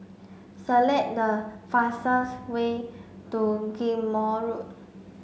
select the fastest way to Ghim Moh Road